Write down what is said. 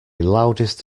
loudest